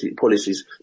policies